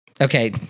Okay